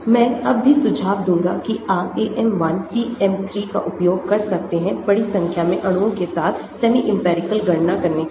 मैं अब भी सुझाव दूंगा कि आप AM 1 PM 3 का उपयोग कर सकते हैं बड़ी संख्या में अणुओं के साथ सेमी इंपिरिकल गणना करने के लिए